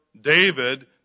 David